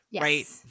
right